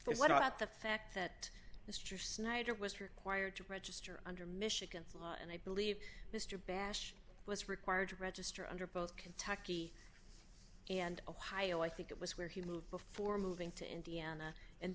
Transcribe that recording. what about the fact that mr snyder was required to register under michigan and i believe mr bash was required to register under both kentucky and ohio i think it was where he moved before moving to indiana and